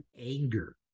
anger